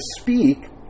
speak